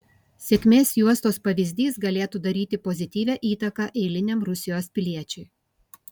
sėkmės juostos pavyzdys galėtų daryti pozityvią įtaką eiliniam rusijos piliečiui